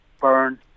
burn